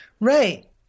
Right